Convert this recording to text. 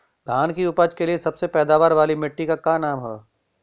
धान की उपज के लिए सबसे पैदावार वाली मिट्टी क का नाम ह?